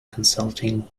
consulting